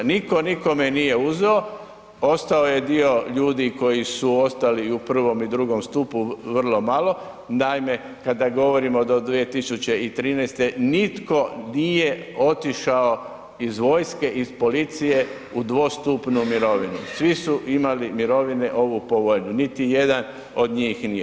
Nitko nikome nije uzeo, ostao je dio ljudi koji su ostali u I. i II. stupu vrlo malo, naime, kada govorimo do 2013. nitko nije otišao iz vojske, iz policije u dvostupnu mirovinu, svi su imali mirovine ovu povoljnu, niti jedan od njih nije.